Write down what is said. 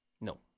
No